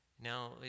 Now